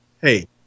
hey